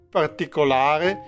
particolare